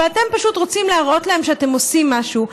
אתם פשוט רוצים להראות להם שאתם עושים משהו.